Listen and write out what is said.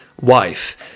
wife